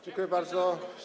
Dziękuję bardzo.